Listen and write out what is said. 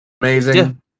amazing